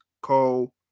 Co